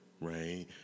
Right